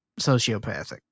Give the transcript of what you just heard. sociopathic